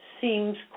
seems